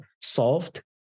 solved